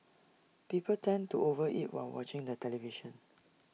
people tend to over eat while watching the television